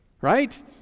right